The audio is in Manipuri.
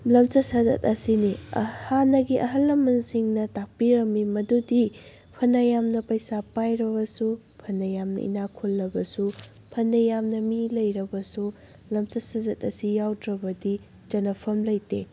ꯂꯝꯆꯠ ꯁꯥꯖꯠ ꯑꯁꯤꯅꯤ ꯍꯥꯟꯅꯒꯤ ꯑꯍꯜ ꯂꯃꯟꯁꯤꯡꯅ ꯇꯥꯛꯄꯤꯔꯝꯃꯤ ꯃꯗꯨꯗꯨ ꯐꯅ ꯌꯥꯝꯅ ꯄꯩꯁꯥ ꯄꯥꯏꯔꯕꯁꯨ ꯐꯅ ꯌꯥꯝꯅ ꯏꯅꯥꯛ ꯈꯨꯜꯂꯕꯁꯨ ꯐꯅ ꯌꯥꯝꯅ ꯃꯤ ꯂꯩꯔꯕꯁꯨ ꯂꯝꯆꯠ ꯁꯥꯖꯠ ꯑꯁꯤ ꯌꯥꯎꯗ꯭꯭ꯔꯕꯗꯤ ꯆꯟꯅꯐꯝ ꯂꯩꯇꯦ